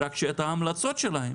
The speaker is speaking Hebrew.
רק שאת ההמלצות שלהם